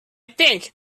think